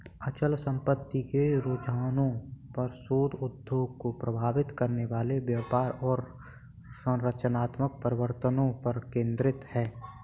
अचल संपत्ति के रुझानों पर शोध उद्योग को प्रभावित करने वाले व्यापार और संरचनात्मक परिवर्तनों पर केंद्रित है